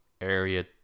area